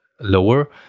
lower